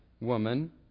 woman